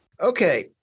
Okay